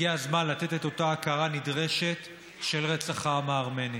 הגיע הזמן לתת את אותה הכרה נדרשת ברצח העם הארמני.